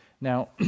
Now